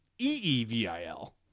E-E-V-I-L